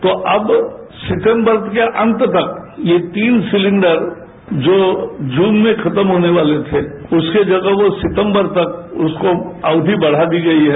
तो अब सितम्बर के अन्त तक यह तीन सिलेंडर जो जून में खत्म होने वाले थे उसकी जगह अब सितम्बर तक यो अक्षी बढ़ादी गई है